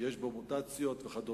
כי יש בו מוטציות וכדומה.